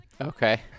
okay